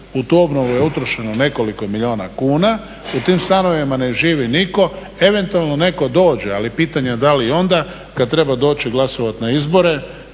u tu obnovu je utrošeno nekoliko milijuna kuna, u tim stanovima ne živi niko, eventualno neko dođe, ali pitanje da li i onda kad treba doći glasovati na izbore